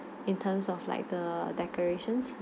in terms of like the decorations